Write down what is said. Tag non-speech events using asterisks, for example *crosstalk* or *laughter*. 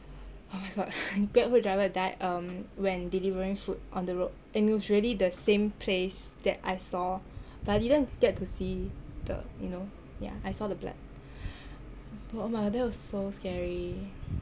*breath* oh my god driver died um when delivering food on the road and it was really the same place that I saw but I didn't get to see the you know yah I saw the blood oh my that was so scary